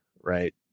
Right